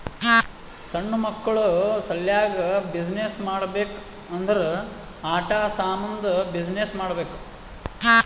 ಸಣ್ಣು ಮಕ್ಕುಳ ಸಲ್ಯಾಕ್ ಬಿಸಿನ್ನೆಸ್ ಮಾಡ್ಬೇಕ್ ಅಂದುರ್ ಆಟಾ ಸಾಮಂದ್ ಬಿಸಿನ್ನೆಸ್ ಮಾಡ್ಬೇಕ್